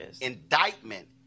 indictment